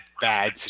bad